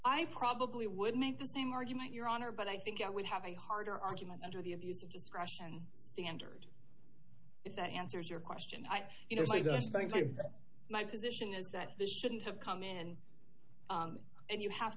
i probably would make the same argument your honor but i think i would have a harder argument under the abuse of discretion standard if that answers your question i you know my position is that this shouldn't have come in and you have